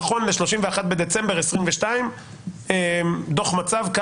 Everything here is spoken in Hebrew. נכון ל-31 בדצמבר 2022. אני מבקש דו"ח מצב של